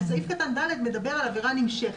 סעיף קטן (ד) מדבר על עבירה נמשכת.